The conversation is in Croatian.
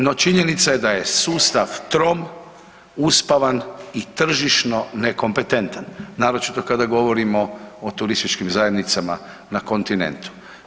No, činjenica je da je sustav trom, uspavan i tržišno nekompetentan naročito kada govorimo o turističkim zajednicama na kontinentu.